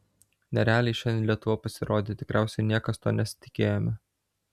nerealiai šiandien lietuva pasirodė tikriausiai niekas to nesitikėjome